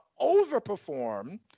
overperform